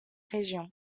régions